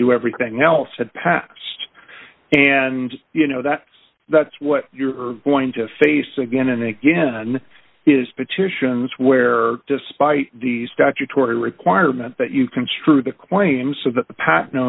to everything else had passed and you know that's that's what you're going to face again and again is petitions where despite the statutory requirement that you construe